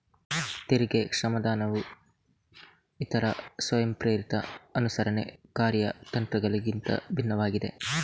ತೆರಿಗೆ ಕ್ಷಮಾದಾನವು ಇತರ ಸ್ವಯಂಪ್ರೇರಿತ ಅನುಸರಣೆ ಕಾರ್ಯತಂತ್ರಗಳಿಗಿಂತ ಭಿನ್ನವಾಗಿದೆ